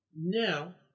Now